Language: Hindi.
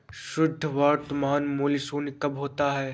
शुद्ध वर्तमान मूल्य शून्य कब होता है?